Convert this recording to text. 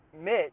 Mitch